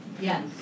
Yes